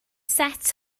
set